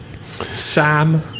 Sam